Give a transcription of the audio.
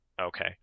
Okay